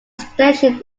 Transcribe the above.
station